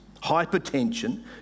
hypertension